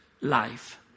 life